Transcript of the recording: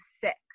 sick